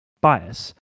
bias